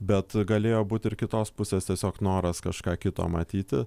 bet galėjo būti ir kitos pusės tiesiog noras kažką kito matyti